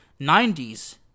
90s